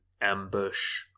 Ambush